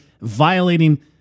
violating